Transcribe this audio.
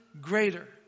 greater